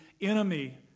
enemy